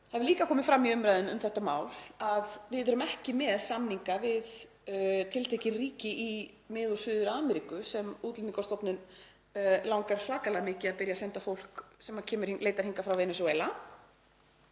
Það hefur líka komið fram í umræðum um þetta mál að við erum ekki með samninga við tiltekin ríki í Mið- og Suður-Ameríku sem Útlendingastofnun langar svakalega mikið að byrja að senda fólk til sem leitar hingað frá Venesúela